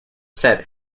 set